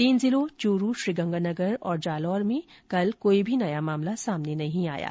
तीन जिलों च्रू श्रीगंगानगर और जालौर में कोई भी नया मामला सामने नहीं आया है